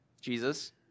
Jesus